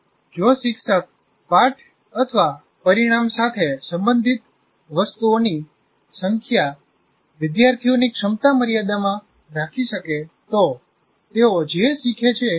જો શિક્ષક પાઠપરિણામ સાથે સંબંધિત વસ્તુઓની સંખ્યા વિદ્યાર્થીઓની ક્ષમતા મર્યાદામાં રાખી શકે તો તેઓ જે શીખે છે તે વધુ યાદ રાખવાની શક્યતા છે